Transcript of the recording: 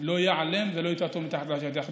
לא ייעלם ולא יטאטאו מתחת לשטיח,